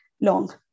long